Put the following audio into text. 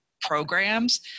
programs